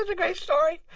ah but great story.